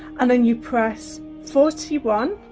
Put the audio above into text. and then you press forty one